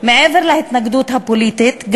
גם מעבר להתנגדות הפוליטית,